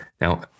Now